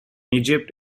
egypt